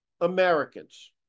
Americans